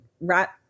rat